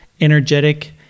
energetic